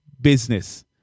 business